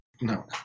No